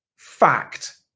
fact